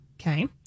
Okay